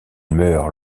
meurt